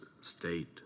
state